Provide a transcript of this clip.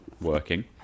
working